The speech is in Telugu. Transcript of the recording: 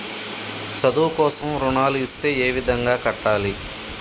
చదువు కోసం రుణాలు ఇస్తే ఏ విధంగా కట్టాలి?